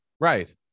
right